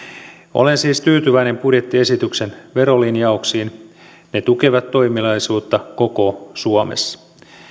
olen siis tyytyväinen budjettiesityksen verolinjauksiin ne tukevat toimeliaisuutta koko suomessa